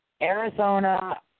Arizona